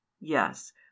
Yes